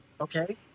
Okay